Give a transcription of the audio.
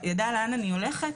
ידע לאן אני הולכת?